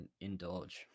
indulge